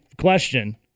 question